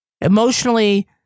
emotionally